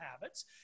habits